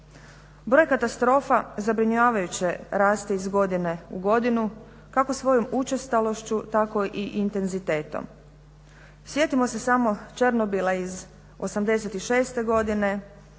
Broj katastrofa zabrinjavajuće raste iz godine u godinu, kako svojom učestalošću tako i intenzitetom. Sjetimo se samo Černobila iz 86 godine,